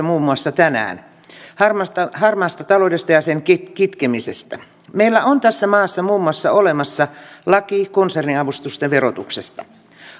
muun muassa harmaasta taloudesta tänään harmaasta taloudesta ja sen kitkemisestä meillä on tässä maassa olemassa muun muassa laki konserniavustusten verotuksesta